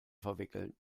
verwickeln